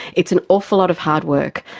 it's an awful lot of hard work.